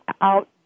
out